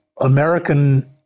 American